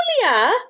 Julia